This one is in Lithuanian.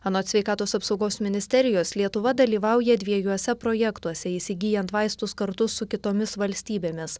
anot sveikatos apsaugos ministerijos lietuva dalyvauja dviejuose projektuose įsigyjant vaistus kartu su kitomis valstybėmis